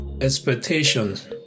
expectations